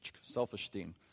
Self-esteem